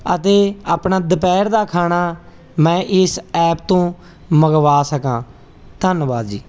ਅਤੇ ਆਪਣਾ ਦੁਪਹਿਰ ਦਾ ਖਾਣਾ ਮੈਂ ਇਸ ਐਪ ਤੋਂ ਮੰਗਵਾ ਸਕਾਂ ਧੰਨਵਾਦ ਜੀ